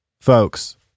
folks